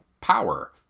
power